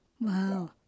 Wow